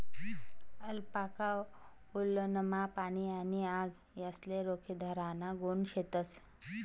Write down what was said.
alpaca वुलनमा पाणी आणि आग यासले रोखीधराना गुण शेतस